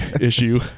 issue